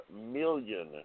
million